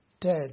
dead